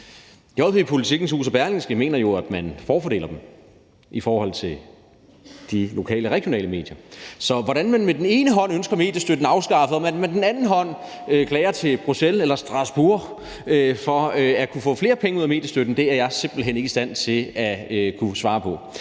JP/Politikens Hus og Berlingske Media mener jo, at man forfordeler dem i forhold til de lokale og regionale medier. Så hvordan man med den ene hånd ønsker mediestøtten afskaffet og man med den anden hånd klager til Bruxelles eller Strasbourg for at kunne få flere penge ud af mediestøtten, er jeg simpelt hen ikke i stand til at kunne svare på.